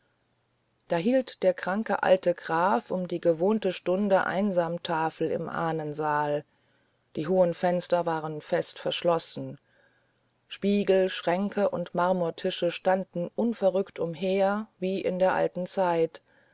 da hielt der kranke alte graf um die gewohnte stunde einsam tafel im ahnensaal die hohen fenster waren fest verschlossen spiegel schränke und marmortische standen unverrückt umher wie in der alten zeit